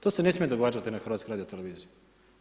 To se ne smije događati na HRT-u.